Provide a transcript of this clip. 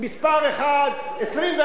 24 שעות ביממה,